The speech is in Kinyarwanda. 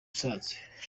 musanze